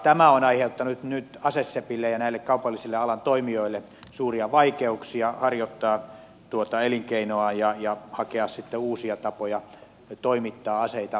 tämä on aiheuttanut nyt asesepille ja näille kaupallisille alan toimijoille suuria vaikeuksia harjoittaa tuota elinkeinoa on pitänyt hakea sitten uusia tapoja toimittaa aseita perille